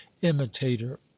imitator